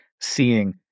seeing